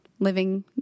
Living